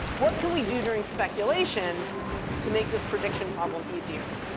what can we do during speculation to make this prediction problem easier?